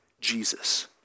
Jesus